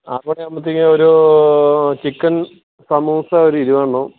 ആറ് മണിയാവുമ്പോഴത്തേക്ക് ഒരു ചിക്കൻ സമോസ ഒരു ഇരുപതെണ്ണം